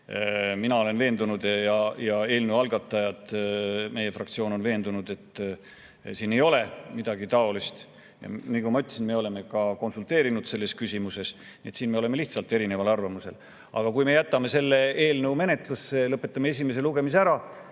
Mina olen veendunud ja üldse eelnõu algatajad, meie fraktsioon on veendunud, et siin ei ole midagi taolist. Ja nagu ma ütlesin, me oleme ka konsulteerinud selles küsimuses. Nii et siin me oleme lihtsalt erineval arvamusel. Aga kui me jätame selle eelnõu menetlusse ja lõpetame esimese lugemise ära,